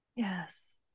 yes